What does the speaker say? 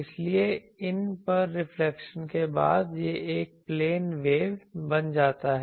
इसलिए इन पर रिफ्लेक्शन के बाद यह एक प्लेन वेव बन जाता है